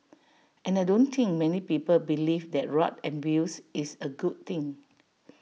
and I don't think many people believe that rug abuse is A good thing